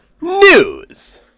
news